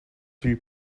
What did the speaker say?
three